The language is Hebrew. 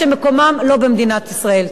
שמקומם לא במדינת ישראל.